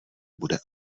bude